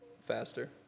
faster